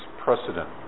precedent